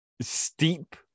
steep